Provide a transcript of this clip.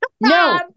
No